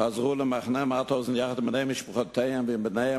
חזרו למחנה מאוטהאוזן עם בני משפחותיהם ובניהם